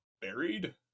buried